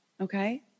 okay